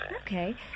Okay